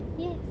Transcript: yes